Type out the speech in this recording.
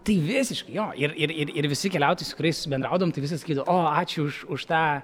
tai visiškai jo ir ir ir ir visi keliautojai su kuriais bendraudavom tai visi sakydavo o ačiū už už tą